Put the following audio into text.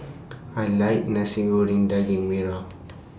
I like Nasi Goreng Daging Merah